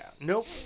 Nope